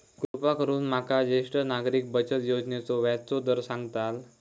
कृपा करून माका ज्येष्ठ नागरिक बचत योजनेचो व्याजचो दर सांगताल